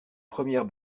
premières